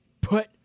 Put